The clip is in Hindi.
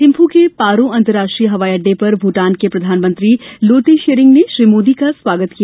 थिम्पू के पारो अंतरराष्ट्रीय हवाईअड्डे पर भूटान के प्रधानमंत्री लोते शेरिंग में श्री मोदी का स्वागत किया